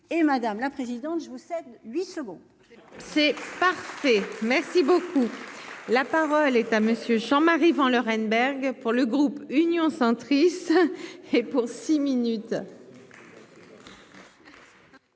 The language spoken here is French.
et madame la présidente, je vous cède 8 second. C'est parfait, merci beaucoup, la parole est à monsieur. Que son mari vend le Reneberg pour le groupe Union centriste et pour six minutes.